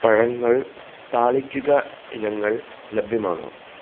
പഴങ്ങൾ താളിക്കുക ഇനങ്ങൾ ലഭ്യമാണോ